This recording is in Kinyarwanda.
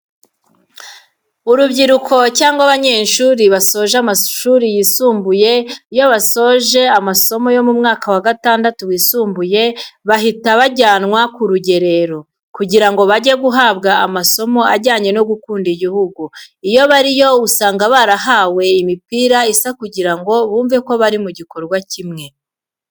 Urubyiruko cyangwa abanyeshuri basoje amashuri yisumbuye, iyo basoje amasomo yo mu mwaka wa gatandatu wisumbuye bahita babajyana ku rugerero, kugira ngo bajye guhabwa amasomo ajyanye no gukunda igihugu. Iyo bariyo usanga barabahaye imipira isa kugira ngo bumve ko bari mu gikorwa kimwe.